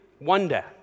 wonder